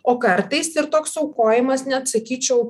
o kartais ir toks aukojimas net sakyčiau